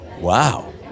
Wow